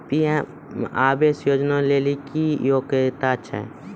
PM आवास योजना लेली की योग्यता छै?